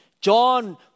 John